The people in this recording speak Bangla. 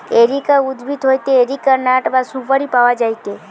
এরিকা উদ্ভিদ হইতে এরিকা নাট বা সুপারি পাওয়া যায়টে